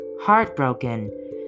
Heartbroken